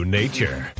nature